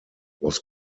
was